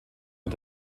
mit